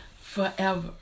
forever